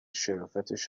شرافتش